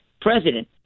president